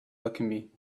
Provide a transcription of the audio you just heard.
alchemy